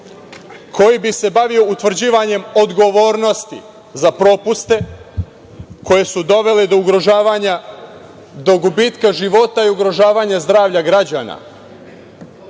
koji bi se bavio utvrđivanjem odgovornosti za propuste koji su doveli do gubitka života i ugrožavanja zdravlja građana. Još